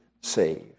saved